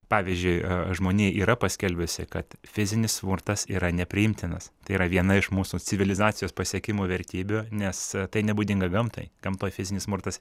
pavyzdžiui žmonija yra paskelbiusi kad fizinis smurtas yra nepriimtinas tai yra viena iš mūsų civilizacijos pasiekimų vertybių nes tai nebūdinga gamtai gamtoj fizinis smurtas